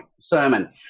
sermon